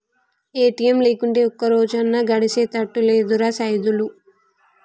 ATM లేకుంటే ఒక్కరోజన్నా గడిసెతట్టు లేదురా సైదులు